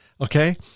Okay